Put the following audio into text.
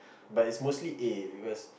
but is mostly A because